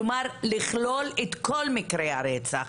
כלומר לכלול את כל מקרי הרצח,